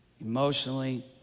emotionally